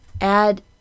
Add